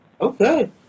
Okay